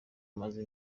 umaze